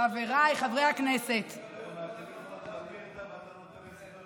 חבריי חברי הכנסת, ואתה נותן להם סוכריות,